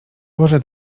boże